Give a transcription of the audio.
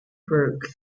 brooke